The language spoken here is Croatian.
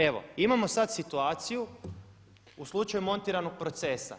Evo imamo sad situaciju u slučaju montiranog procesa.